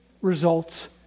results